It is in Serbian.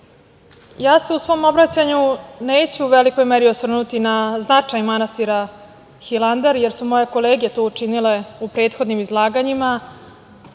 se u svom obraćanju neću u velikoj meri osvrnuti na značaj manastira Hilandar jer su moje kolege to učinile u prethodnim izlaganjima,